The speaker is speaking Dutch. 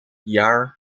jaar